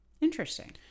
Interesting